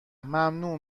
ممنون